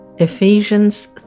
Ephesians